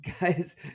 guys